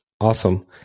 Awesome